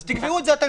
אז תקבעו את זה אתם.